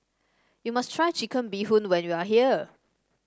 you must try Chicken Bee Hoon when you are here